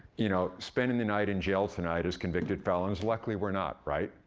you know, spending the night in jail tonight as convicted felons luckily, we're not, right?